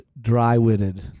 dry-witted